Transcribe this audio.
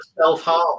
self-harm